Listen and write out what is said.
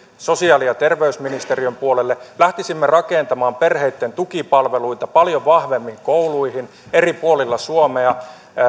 sosiaali ja terveysministeriön puolelle lähtisimme rakentamaan perheitten tukipalveluita paljon vahvemmin kouluihin eri puolilla suomea